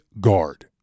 guard